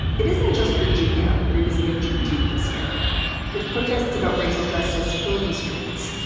it isn't just virginia revisiting juneteenth this year with protests about racial justice filling the streets.